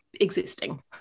existing